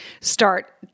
start